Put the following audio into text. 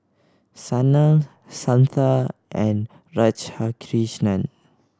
Sanal Santha and Radhakrishnan